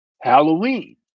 Halloween